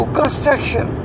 construction